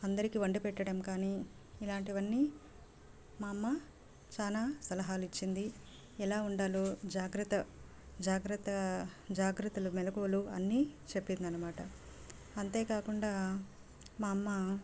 అందరికీ వండి పెట్టడం కానీ ఇలాంటివన్నీ మా అమ్మ చాలా సలహాలు ఇచ్చింది ఎలా ఉండాలో జాగ్రత్త జాగ్రత్త జాగ్రత్తలు మెళకువలు అన్ని చెప్పిందన్నమాట అంతే కాకుండా మా అమ్మ